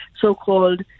so-called